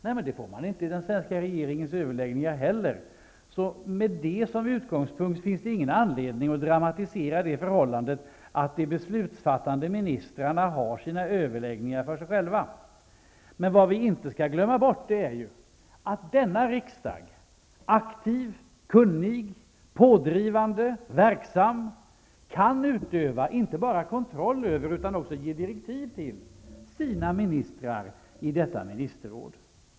Nej, men det gäller även den svenska regeringens överläggningar. Med det som utgångspunkt finns det ingen anledning att dramatisera det förhållandet att de beslutsfattande ministrarna har sina överläggningar för sig själva. Vad vi emellertid inte skall glömma bort är att denna riksdag -- aktiv, kunnig, pådrivande, verksam -- kan utöva inte bara kontroll över utan även ge direktiv till sina ministrar i detta ministerråd.